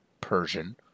Persian